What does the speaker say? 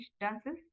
dances